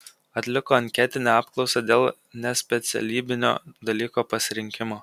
atliko anketinę apklausą dėl nespecialybinio dalyko pasirinkimo